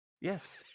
Yes